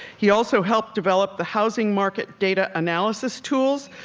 he also helped develop the housing market data analysis tools,